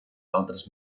altres